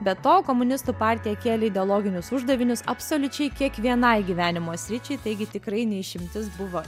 be to komunistų partija kėlė ideologinius uždavinius absoliučiai kiekvienai gyvenimo sričiai taigi tikrai ne išimtis buvo